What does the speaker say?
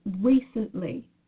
recently